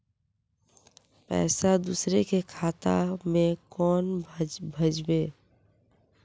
पैसा दूसरे के खाता में केना भेजबे?